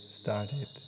started